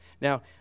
Now